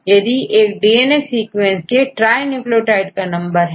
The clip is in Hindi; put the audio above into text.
यह एक डीएनए सीक्वेंस के ट्राई न्यूक्लियोटाइड का नंबर है